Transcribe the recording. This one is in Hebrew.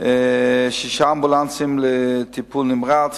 שישה אמבולנסים לטיפול נמרץ,